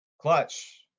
Clutch